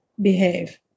behave